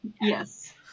Yes